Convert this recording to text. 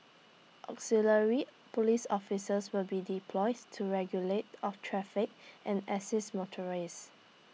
auxiliary Police officers will be deployed to regulate of traffic and assist motorists